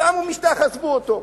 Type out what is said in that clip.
שמו משטח, עזבו אותו.